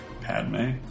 Padme